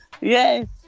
yes